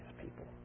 people